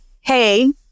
hey